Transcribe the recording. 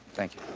thank you.